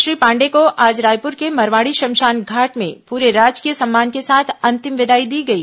श्री पांडेय को आज रायपूर के मरवाड़ी श्मशान घाट में पूरे राजकीय सम्मान के साथ अंतिम विदाई दी गई